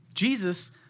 Jesus